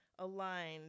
aligned